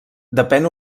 depèn